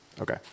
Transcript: Okay